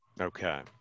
Okay